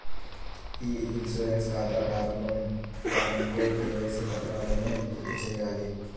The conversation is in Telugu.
ఇ ఇన్సూరెన్స్ ఖాతా ప్రారంభ ఫారమ్కు కేవైసీ పత్రాలను జతచేయాలి